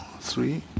three